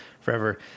forever